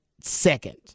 second